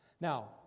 Now